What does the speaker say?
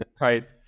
right